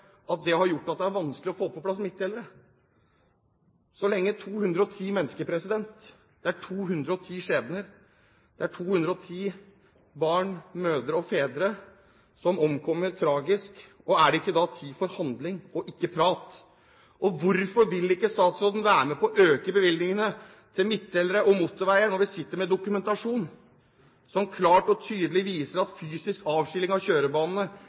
at det har gjort at det er vanskelig å få på plass midtdelere, så lenge 210 mennesker dør. Det er 210 skjebner. Det er 210 barn, mødre og fedre som omkommer tragisk. Og er det ikke da tid for handling og ikke prat? Hvorfor vil ikke statsråden være med på å øke bevilgningene til midtdelere og motorveier når vi sitter med dokumentasjon som klart og tydelig viser at fysisk atskilling av kjørebanene